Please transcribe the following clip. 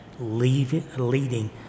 leading